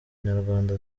nyarwanda